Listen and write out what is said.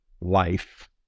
life